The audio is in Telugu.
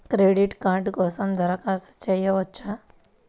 క్రెడిట్ కార్డ్ కోసం దరఖాస్తు చేయవచ్చా?